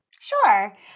Sure